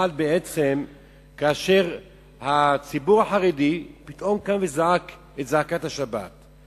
שחל בעצם כאשר הציבור החרדי פתאום קם וזעק את זעקת השבת.